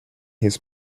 his